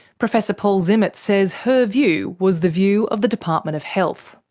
professor paul zimmet says her view was the view of the department of health.